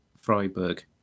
Freiburg